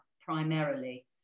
primarily